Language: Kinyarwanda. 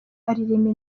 aririmba